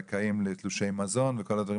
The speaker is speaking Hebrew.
זכאים לתלושי מזון ועוד,